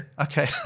Okay